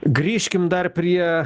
grįžkim dar prie